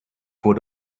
four